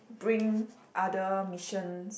bring other missions